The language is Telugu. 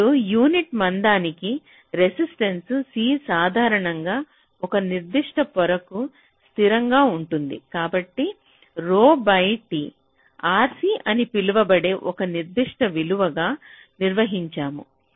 ఇప్పుడు యూనిట్ మందానికి రెసిస్టెన్స t సాధారణంగా ఒక నిర్దిష్ట పొరకు స్థిరంగా ఉంటుంది కాబట్టి ρ t Rc అని పిలువబడే ఒక నిర్దిష్ట విలువగా నిర్వచించాము